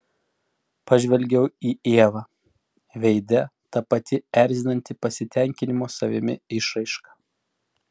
pažvelgiau į ievą veide ta pati erzinanti pasitenkinimo savimi išraiška